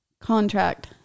Contract